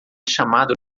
chamado